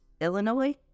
Illinois